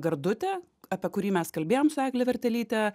gardutė apie kurį mes kalbėjom su egle vertelyte